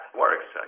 works